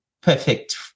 perfect